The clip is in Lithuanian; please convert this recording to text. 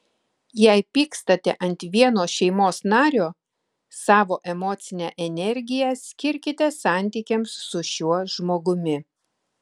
jei pykstate ant vieno šeimos nario savo emocinę energiją skirkite santykiams su šiuo žmogumi